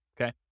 okay